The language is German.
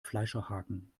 fleischerhaken